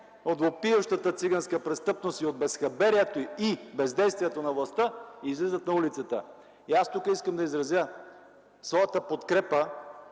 от въпиещата циганска престъпност, от безхаберието и бездействието на властта, излизат на улицата. Тук искам да изразя своята подкрепа